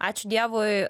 ačiū dievui